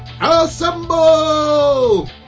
Assemble